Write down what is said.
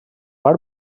bar